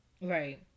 Right